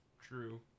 true